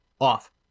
off